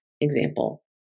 example